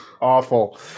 Awful